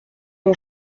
mon